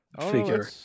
figure